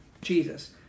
Jesus